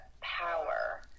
power